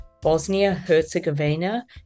Bosnia-Herzegovina